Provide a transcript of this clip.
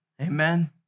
Amen